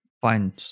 fine